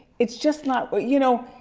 it's just not, you know,